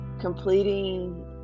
Completing